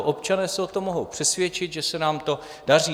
Občané se o tom mohou přesvědčit, že se nám to daří.